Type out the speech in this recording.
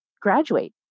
graduate